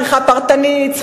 צריכה פרטנית,